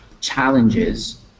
challenges